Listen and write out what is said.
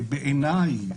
בעיניי,